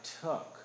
took